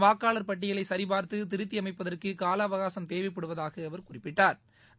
வாக்காளர் பட்டியலை சரிபார்த்து திருத்தி அமைப்பதற்கு கால அவகாசம் தேவைப்படுவதாக அவர் குறிப்பிட்டாள்